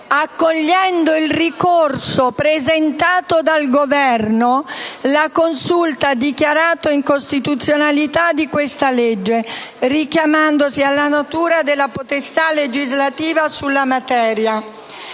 accogliendo il ricorso presentato dal Governo, la Consulta ha dichiarato l'incostituzionalità di questa legge, richiamandosi alla natura concorrente della potestà legislativa sulla materia.